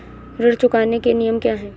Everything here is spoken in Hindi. ऋण चुकाने के नियम क्या हैं?